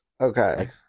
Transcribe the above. Okay